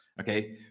Okay